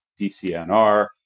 DCNR